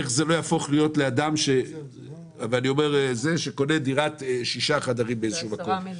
איך זה לא יהפוך להיות לאדם שקונה דירת שישה חדרים באיזשהו מקום,